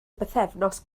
bythefnos